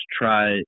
try